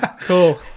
Cool